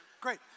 Great